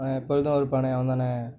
எப்பொழுதும் இருப்பானே அவன்தானே